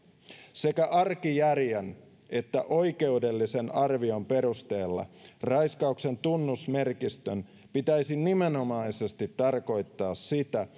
sekä arkijärjen että oikeudellisen arvion perusteella raiskauksen tunnusmerkistön pitäisi nimenomaisesti tarkoittaa sitä